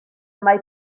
mae